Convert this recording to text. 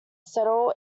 settle